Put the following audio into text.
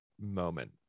moment